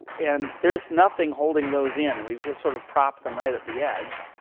and there's nothing holding those in. we've just sort of propped them right at the edge.